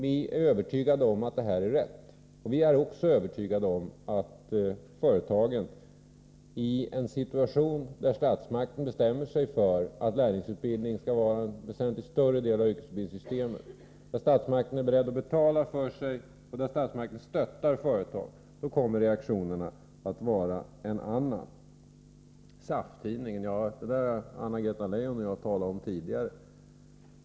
Vi är övertygade om att det här är rätt väg, och vi är också övertygade om att i en situation där statsmakten bestämmer sig för att lärlingsutbildning skall vara en väsentligt större del av yrkesutbildningssystemet, där statsmakten är beredd att betala för sig och där statsmakten stöttar företag, kommer reaktionen att vara en annan. Så gällde det SAF-tidningen. Ja, detta har Anna-Greta Leijon och jag talat om tidigare.